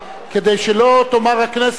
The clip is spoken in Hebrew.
כדי שלא תאמר הכנסת דבר,